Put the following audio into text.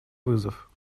вызов